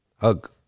hug